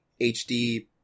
HD